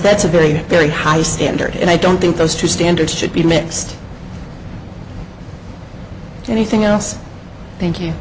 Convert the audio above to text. that's a very very high standard and i don't think those two standards should be mixed anything else thank you